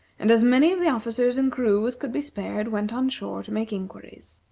and as many of the officers and crew as could be spared went on shore to make inquiries.